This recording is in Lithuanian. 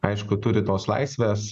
aišku turi tos laisvės